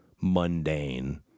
mundane